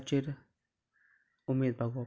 ताचेर उमेद भागोवप